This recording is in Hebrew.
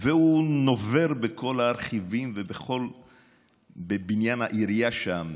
הוא נובר בכל הארכיבים בבניין העירייה שם,